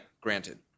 granted